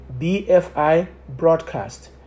BFIbroadcast